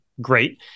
great